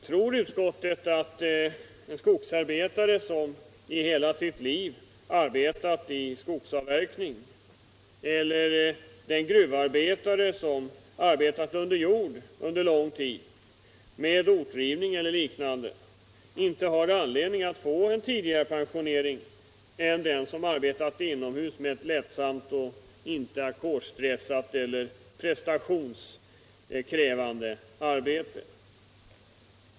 Tror inte utskottet att en skogsarbetare som i hela sitt liv har arbetat i skogsavverkning eller en gruvarbetare som under lång tid har arbetat med ortdrivning eller liknande under jord har gjort bättre skäl för en tidigare pensionering än den som har arbetat inomhus med ett lättsamt och inte ackordsstressat eller prestationskrävande arbete?